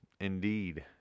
indeed